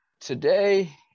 today